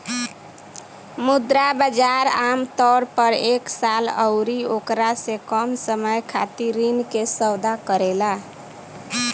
मुद्रा बाजार आमतौर पर एक साल अउरी ओकरा से कम समय खातिर ऋण के सौदा करेला